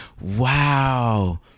Wow